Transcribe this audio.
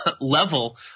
level